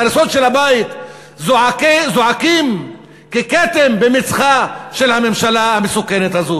ההריסות של הבית זועקות ככתם על מצחה של הממשלה המסוכנת הזאת.